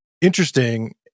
interesting